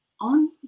on